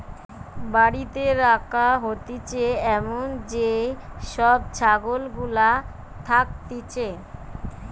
বাড়িতে রাখা হতিছে এমন যেই সব ছাগল গুলা থাকতিছে